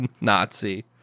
Nazi